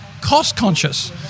cost-conscious